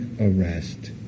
arrest